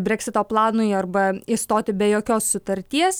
breksito planui arba išstoti be jokios sutarties